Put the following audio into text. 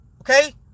okay